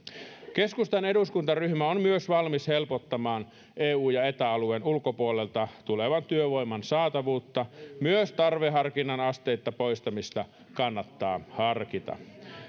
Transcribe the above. keskustan eduskuntaryhmä on myös valmis helpottamaan eu ja eta alueen ulkopuolelta tulevan työvoiman saatavuutta myös tarveharkinnan asteittaista poistamista kannattaa harkita